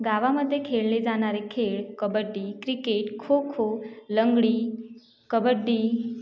गावामध्ये खेळले जाणारे खेळ कबड्डी क्रिकेट खो खो लंगडी कबड्डी